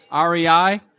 REI